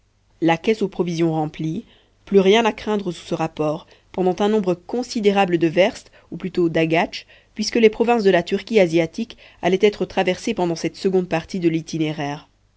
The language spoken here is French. la caisse aux provisions remplie plus rien à craindre sous ce rapport pendant un nombre considérable de verstes ou plutôt d'agatchs puisque les provinces de la turquie asiatique allaient être traversées pendant cette seconde partie de l'itinéraire